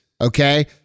Okay